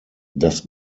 das